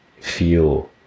feel